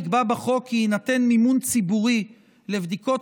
נקבע בחוק כי יינתן מימון ציבורי לבדיקות